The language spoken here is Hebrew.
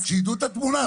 שידעו את התמונה,